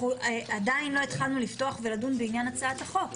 עדיין לא התחלנו לפתוח ולדון בעניין הצעת החוק.